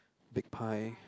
big pie